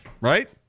Right